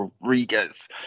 Rodriguez